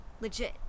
legit